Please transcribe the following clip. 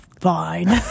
fine